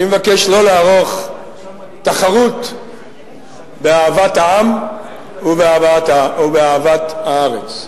אני מבקש לא לערוך תחרות באהבת העם ובאהבת הארץ.